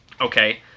Okay